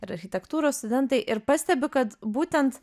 ir architektūros studentai ir pastebiu kad būtent